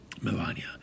Melania